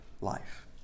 life